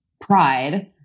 pride